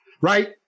right